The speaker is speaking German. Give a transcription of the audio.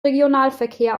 regionalverkehr